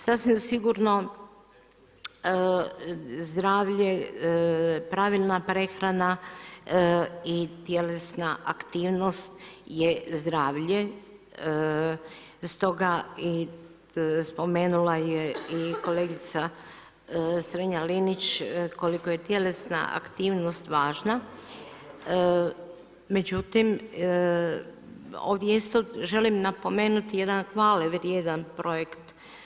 Sasvim sigurno zdravlje, pravilna prehrana i tjelesna aktivnost je zdravlje, stoga spomenula je i kolegica Strenja-Linić koliko je tjelesna aktivnost važna, međutim ovdje isto želim napomenuti jedan hvale vrijedan projekt.